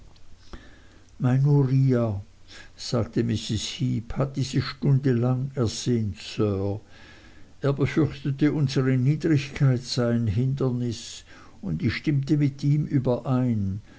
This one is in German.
mein uriah sagte mrs heep hat diese stunde lang ersehnt sir er befürchtete unsere niedrigkeit sei ein hindernis und ich stimmte mit ihm überein